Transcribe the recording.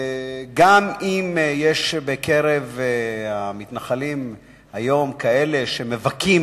גם אם יש בקרב המתנחלים היום כאלה שמבכים